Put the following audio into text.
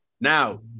Now